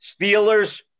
Steelers